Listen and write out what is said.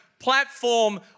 platform